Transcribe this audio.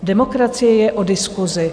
Demokracie je o diskusi.